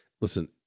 listen